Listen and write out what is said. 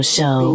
Show